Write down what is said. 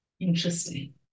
Interesting